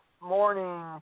morning